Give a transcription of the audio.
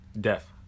Death